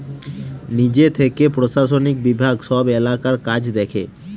নিজে থেকে প্রশাসনিক বিভাগ সব এলাকার কাজ দেখে